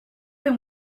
been